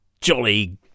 jolly